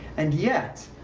and yet,